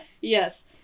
Yes